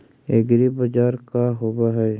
एग्रीबाजार का होव हइ?